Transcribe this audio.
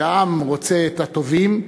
שכשהעם רוצה את הטובים,